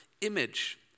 image